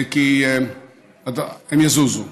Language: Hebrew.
כי הם יזוזו.